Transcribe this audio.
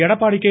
Edappadi K